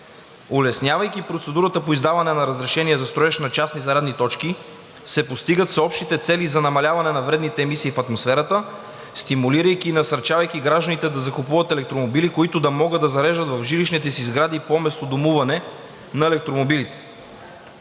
Улеснявайки процедурата по издаване на разрешение за строеж на частни зарядни точки, се постигат всеобщите цели за намаляване на вредните емисии в атмосферата, стимулирайки и насърчавайки гражданите да закупуват електромобили, които да могат да зареждат в жилищните сгради по местодомуване на електромобилите.